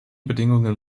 bedingungen